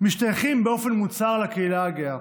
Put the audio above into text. איפה לא, משתייכים באופן מוצהר לקהילה הגאה.